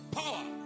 power